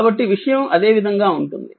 కాబట్టి విషయం అదే విధంగా ఉంటుంది